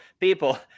people